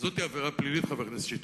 עבירה פלילית, חבר הכנסת שטרית,